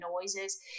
noises